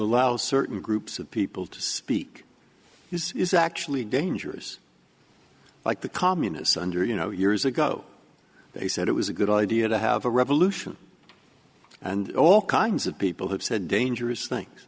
allow certain groups of people to speak this is actually dangerous like the communists under you know years ago they said it was a good idea to have a revolution and all kinds of people have said dangerous things